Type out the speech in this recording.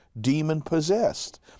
demon-possessed